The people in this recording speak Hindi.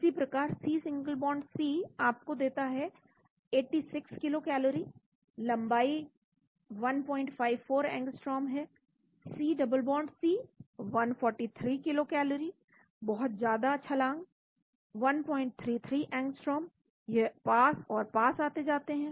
इसी प्रकार C सिंगल बॉन्ड C आपको देता है 86 किलोकैलोरी लंबाई 154 अंगस्ट्रोम है C double bond C 143 kilocalorie बहुत ज्यादा छलाँग 133 अंगस्ट्रोम यह पास और पास आते जाते हैं